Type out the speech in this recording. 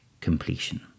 completion